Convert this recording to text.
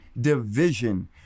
Division